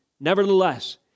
Nevertheless